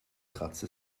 kratzte